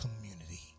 community